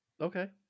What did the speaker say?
Okay